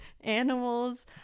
animals